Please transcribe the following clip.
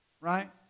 Right